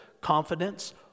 confidence